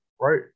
right